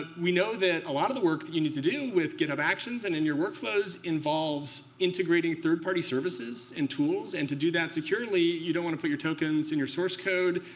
ah we know that a lot of the work that you need to do with github actions and in your workflows involves integrating third-party services and tools. and to do that securely, you don't want to put your tokens in your source code.